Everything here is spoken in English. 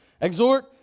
exhort